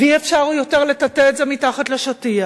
ואי-אפשר יותר לטאטא את זה אל מתחת לשטיח,